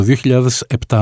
2007